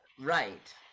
Right